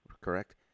correct